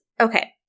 okay